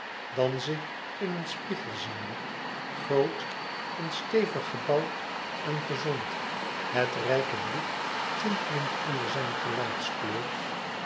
dan zich in een spiegel ziende groot en stevig gebouwd en gezond het rijke bloed tintelend onder zijn